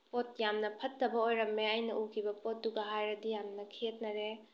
ꯄꯣꯠ ꯌꯥꯝꯅ ꯐꯠꯇꯕ ꯑꯣꯏꯔꯝꯃꯦ ꯑꯩꯅ ꯎꯈꯤꯕ ꯄꯣꯠꯇꯨꯒ ꯍꯥꯏꯔꯗꯤ ꯌꯥꯝꯅ ꯈꯦꯅꯔꯦ